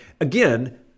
again